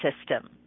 system